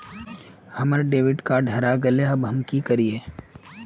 हमर debit card हरा गेले अब हम की करिये?